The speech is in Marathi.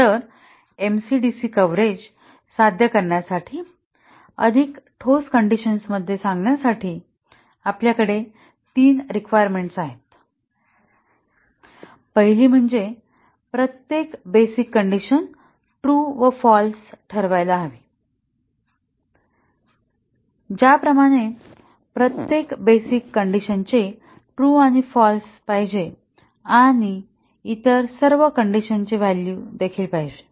तर एमसी डीसी कव्हरेज साध्य करण्यासाठी अधिक ठोस कण्डिशनमध्ये सांगण्यासाठी आपल्याकडे तीन रिक्वायरमेंट्स आहेत पहिली म्हणजे प्रत्येक बेसिक कंडिशन ट्रू व फाल्स ठरवायला हवी ज्याप्रमाणे प्रत्येक बेसिक कंडिशनचे ट्रू आणि फाल्स पाहिजे आणि इतर सर्व कंडिशनचे व्हॅल्यू देखील पाहिजे